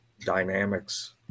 dynamics